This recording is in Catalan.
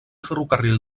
ferrocarril